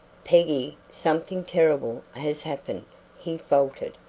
peggy, something terrible has happened, he faltered,